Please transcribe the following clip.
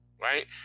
Right